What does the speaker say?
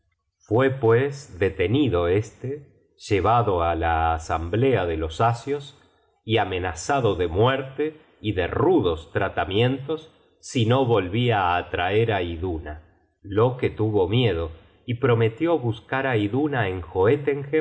fue pues detenido este llevado á la asamblea de los asios y amenazado de muerte y de rudos tratamientos si no volvia á traer á iduna loke tuvo miedo y prometió buscar á iduna en